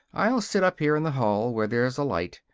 i'll sit up here in the hall, where there's a light.